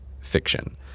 fiction